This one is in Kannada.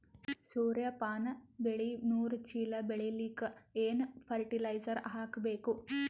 ಸೂರ್ಯಪಾನ ಬೆಳಿ ನೂರು ಚೀಳ ಬೆಳೆಲಿಕ ಏನ ಫರಟಿಲೈಜರ ಹಾಕಬೇಕು?